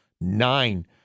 Nine